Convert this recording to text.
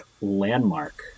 landmark